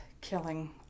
killing